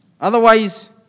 Otherwise